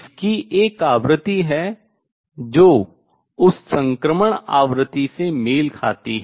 इसकी एक आवृत्ति है जो उस संक्रमण आवृत्ति से मेल खाती है